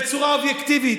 בצורה אובייקטיבית.